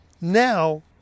now